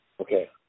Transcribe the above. okay